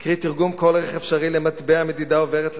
קרי, תרגום כל ערך אפשרי למטבע מדידה עוברת לסוחר.